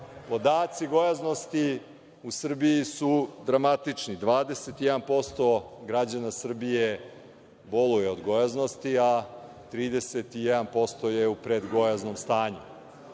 Podaci gojaznosti u Srbiji su dramatični, 21% građana Srbije boluje od gojaznosti, a 31% je u predgojaznom stanju.